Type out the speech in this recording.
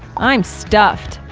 i'm stuffed!